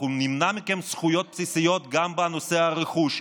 אנחנו נמנע מכם זכויות בסיסיות גם בנושא הרכוש,